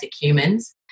humans